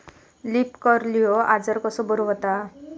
Leaf curl ह्यो आजार कसो बरो व्हता?